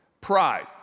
Pride